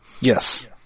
Yes